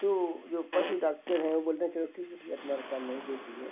तो जो पशु डाक्टर हैं वो बोलते हैं चलो ठीक है भईया तुम्हारे पास नहीं जो भी है